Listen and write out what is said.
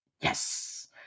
yes